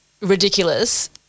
ridiculous